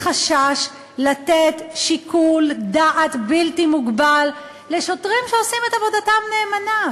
מחשש לתת שיקול דעת בלתי מוגבל לשוטרים שעושים את עבודתם נאמנה,